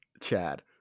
Chad